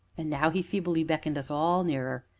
and now he feebly beckoned us all nearer.